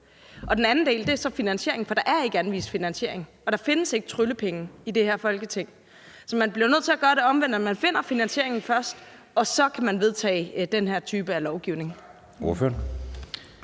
Den anden del er så finansieringen, for der er ikke anvist finansiering, og der findes ikke tryllepenge i det her Folketing. Så man bliver nødt til at gøre det omvendt, altså først at finde finansieringen, og så kan man vedtage den her type af lovgivning.